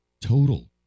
total